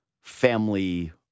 family